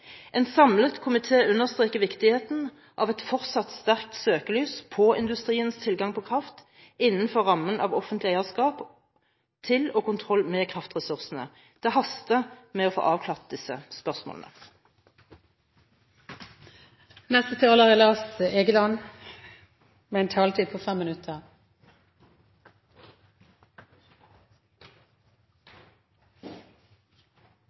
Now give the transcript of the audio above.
En samlet komité understreker viktigheten av et fortsatt sterkt søkelys på industriens tilgang på kraft innenfor rammen av offentlig eierskap til – og kontroll med – kraftressursene. Det haster med å få avklart disse spørsmålene. Jeg viser til representanten Torstein Rudihagens gjennomgang på